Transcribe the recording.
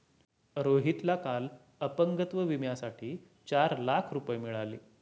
रोहितला काल अपंगत्व विम्यासाठी चार लाख रुपये मिळाले